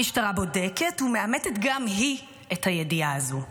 המשטרה בודקת ומאמתת גם היא את הידיעה הזאת.